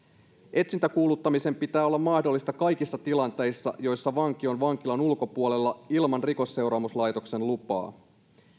etsintäkuuluttamisen pitää olla mahdollista kaikissa tilanteissa joissa vanki on vankilan ulkopuolella ilman rikosseuraamuslaitoksen lupaa